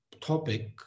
topic